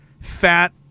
fat